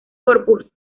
corpus